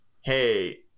Hey